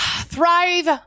Thrive